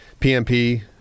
PMP